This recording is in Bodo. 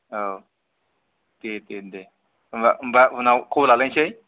औ दे दे दे होमब्ला होमब्ला उनाव खबर लालायसै